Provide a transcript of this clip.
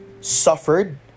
suffered